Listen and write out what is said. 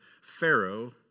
Pharaoh